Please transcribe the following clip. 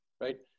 right